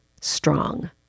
strong